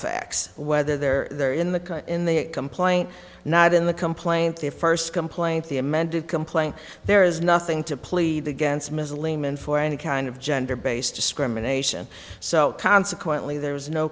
facts whether they're there in the in the complaint not in the complaint the first complaint the amended complaint there is nothing to plead against ms layman for any kind of gender based discrimination so consequently there was no